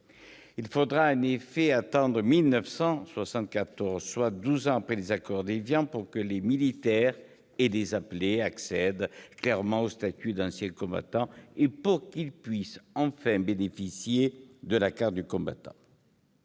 Il aura en effet fallu attendre 1974, soit douze ans après les accords d'Évian, pour que les militaires et les appelés accèdent clairement au statut d'ancien combattant et bénéficient enfin de la carte du combattant.